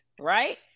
Right